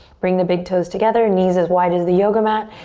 bring the big toes together, knees as wide as the yoga mat.